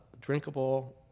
drinkable